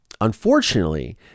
Unfortunately